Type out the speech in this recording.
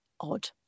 odd